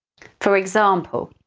for example,